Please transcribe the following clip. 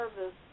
service